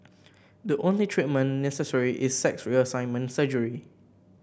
the only treatment necessary is sex reassignment surgery